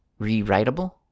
Rewritable